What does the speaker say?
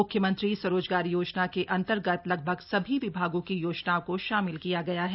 म्ख्यमंत्री स्वरोजगार योजना के अन्तर्गत लगभग सभी विभागों की योजनाओं को शामिल किया गया है